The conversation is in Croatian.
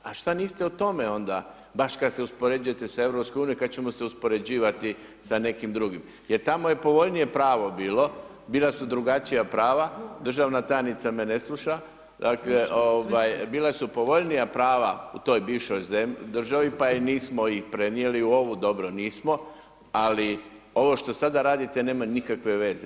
A šta niste o tome onda, baš kada se uspoređujete sa EU, kada ćemo se uspoređivati sa nekim drugim jer tamo je povoljnije pravo bilo, bila su drugačija prava, državna tajnica me ne sluša, dakle, bila su povoljnija prava u toj bivšoj državi, pa ih nismo i prenijeli u ovu, dobro nismo, ali ovo što sada radite nema nikakve veze.